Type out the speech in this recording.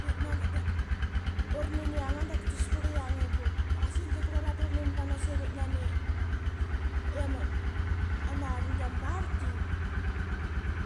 De magat da. Urnin yanga da qaitas kurliyanga i bup da qasil diip kurlura dura nin banas irip nani i ama rlangi ama barltki